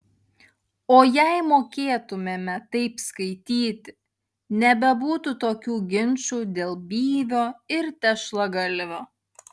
o jei mokėtumėme taip skaityti nebebūtų tokių ginčų dėl byvio ir tešlagalvio